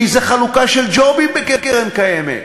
כי זה חלוקה של ג'ובים בקרן הקיימת,